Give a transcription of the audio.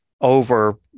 over